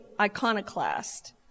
iconoclast